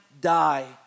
die